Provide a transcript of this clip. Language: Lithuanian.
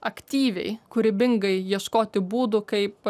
aktyviai kūrybingai ieškoti būdų kaip